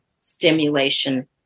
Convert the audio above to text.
stimulation